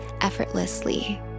effortlessly